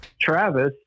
Travis